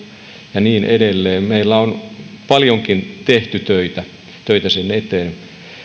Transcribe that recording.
ja niin edelleen meillä on paljonkin tehty töitä töitä sen eteen